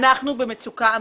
אנחנו במצוקה אמיתית.